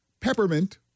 peppermint